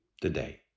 today